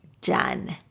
done